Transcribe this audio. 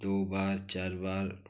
दो बार चार बार